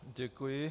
Děkuji.